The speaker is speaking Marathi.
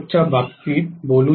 च्या बाबतीत बोलू या